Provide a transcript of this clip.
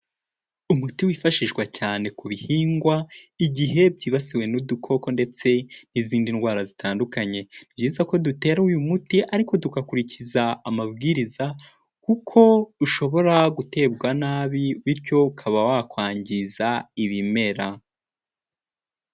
Umuti wifashishwa cyane ku bihingwa igihe byibasiwe n'udukoko ndetse n'izindi ndwara zitandukanye, ni byiza ko dutera uyu muti ariko tugakurikiza amabwiriza kuko ushobora guterwa nabi bityo ukaba wakwangiza ibimera.